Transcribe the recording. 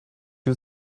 you